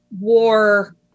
war